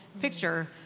picture